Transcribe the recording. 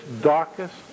darkest